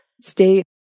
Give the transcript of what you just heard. stay